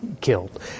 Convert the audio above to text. Killed